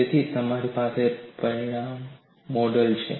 તેથી તમારી પાસે પરમાણુ મોડેલ છે